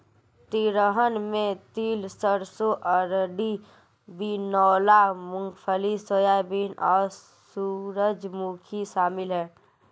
तिलहन में तिल सरसों अरंडी बिनौला मूँगफली सोयाबीन और सूरजमुखी शामिल है